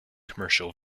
commercial